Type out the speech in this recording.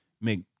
make